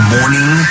Morning